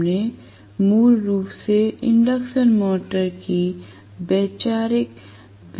हमने मूल रूप से इंडक्शन मोटर की वैचारिक विशेषताओं को देखा